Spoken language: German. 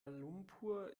lumpur